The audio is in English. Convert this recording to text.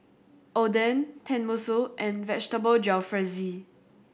Oden Tenmusu and Vegetable Jalfrezi